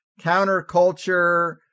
counterculture